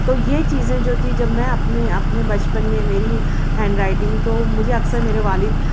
تو یہ چیزیں جو تھیں جب میں اپنے اپنے بچپن میں میری ہینڈ رائٹنگ تو مجھے اکثر میرے والد